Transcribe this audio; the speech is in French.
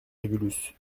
régulus